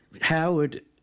Howard